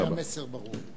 נדמה לי שהמסר ברור.